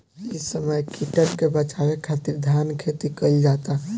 इ समय कीटन के बाचावे खातिर धान खेती कईल जाता